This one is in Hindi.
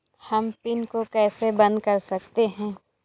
हम पिन को कैसे बंद कर सकते हैं?